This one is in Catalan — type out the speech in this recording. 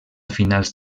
finals